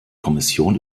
kommission